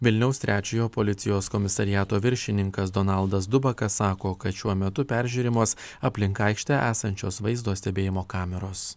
vilniaus trečiojo policijos komisariato viršininkas donaldas dubaka sako kad šiuo metu peržiūrimos aplink aikštę esančios vaizdo stebėjimo kameros